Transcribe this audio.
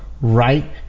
right